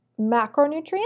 macronutrients